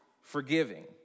forgiving